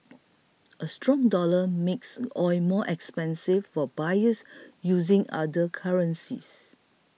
a strong dollar makes oil more expensive for buyers using other currencies